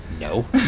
no